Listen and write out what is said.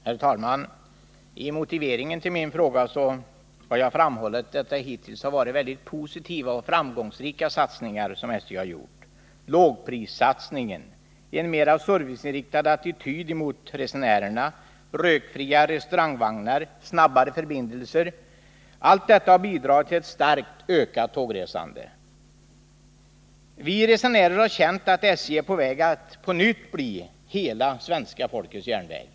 Herr talman! I motiveringen till min fråga har jag framhållit att det hittills har varit positiva och framgångsrika satsningar som SJ har gjort, såsom lågprissatsningen, en mera serviceinriktad attityd mot resenärerna, rökfria restaurangvagnar och snabbare förbindelser. Allt detta har bidragit till ett starkt ökat tågresande. Vi resenärer har känt att SJ nu är på väg att på nytt bli ”hela svenska folkets järnväg”.